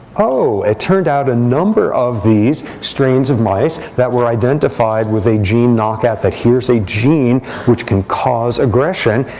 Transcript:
oh, it turned out a number of these strains of mice that were identified with a gene knock-out. that here's a gene which can cause aggression.